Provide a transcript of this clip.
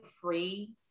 free